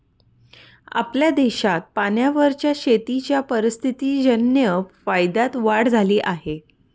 आपल्या देशात पाण्यावरच्या शेतीच्या परिस्थितीजन्य फायद्यात वाढ झाली आहे